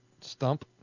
stump